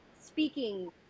speaking